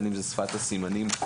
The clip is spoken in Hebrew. שזה שפת הסימנים,